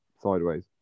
sideways